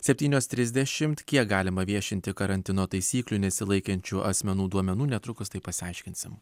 septynios trisdešimt kiek galima viešinti karantino taisyklių nesilaikančių asmenų duomenų netrukus tai pasiaiškinsim